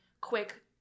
quick